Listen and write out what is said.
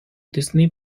disney